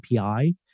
API